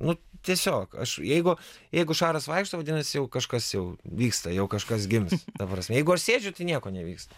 nu tiesiog aš jeigu jeigu šaras vaikšto vadinasi jau kažkas jau vyksta jau kažkas gims ta prasmė jeigu aš sėdžiu tai nieko nevyksta